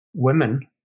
Women